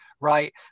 right